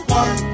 one